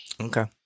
Okay